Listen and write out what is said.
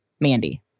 Mandy